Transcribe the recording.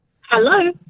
Hello